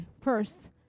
first